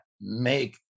make